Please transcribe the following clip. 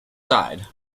side